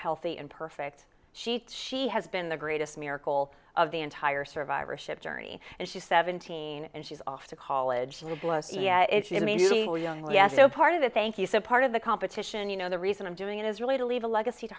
healthy and perfect sheet she has been the greatest miracle of the entire survivorship journey and she's seventeen and she's off to college and it's immediately young yes so part of the thank you so part of the competition you know the reason i'm doing it is really to leave a legacy to